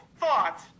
thought